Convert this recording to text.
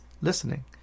listening